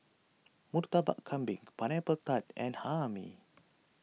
Murtabak Kambing Pineapple Tart and Hae Mee